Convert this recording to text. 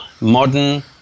modern